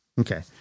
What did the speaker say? Okay